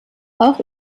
auch